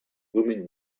woman